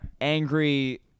angry